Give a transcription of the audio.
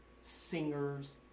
singers